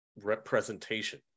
representation